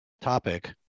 topic